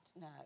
no